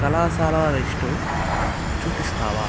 కళాశాలల లిస్టు చూపిస్తావా